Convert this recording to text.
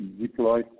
deploy